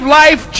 life